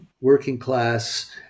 working-class